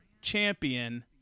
Champion